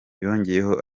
yongeyeho